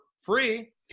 free